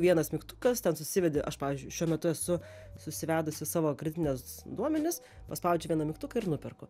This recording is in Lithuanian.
vienas mygtukas ten susivedi aš pavyzdžiui šiuo metu esu susivedusi savo kreditinės duomenis paspaudžiu vieną mygtuką ir nuperku